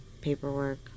paperwork